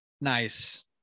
Nice